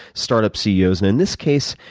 startup ceos and in this case,